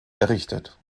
errichtet